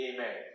Amen